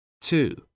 Two